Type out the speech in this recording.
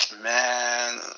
Man